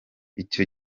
icyo